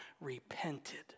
repented